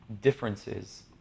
differences